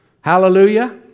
Hallelujah